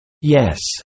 Yes